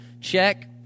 check